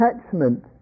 attachment